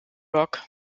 rock